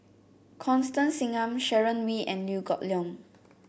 Constance Singam Sharon Wee and Liew Geok Leong